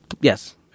Yes